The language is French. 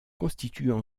constituent